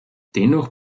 dennoch